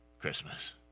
Christmas